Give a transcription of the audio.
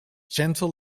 gentle